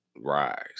rise